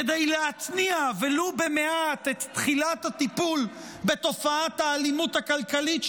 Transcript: כדי להתניע ולו במעט את תחילת הטיפול בתופעת האלימות הכלכלית,